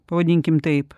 pavadinkim taip